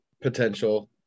potential